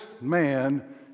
man